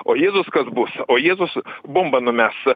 o jėzus kad bus o jėzus bombą numes